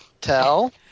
tell